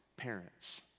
Parents